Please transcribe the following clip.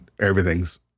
everything's